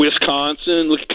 Wisconsin